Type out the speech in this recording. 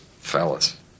Fellas